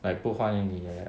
like 不欢迎你 like that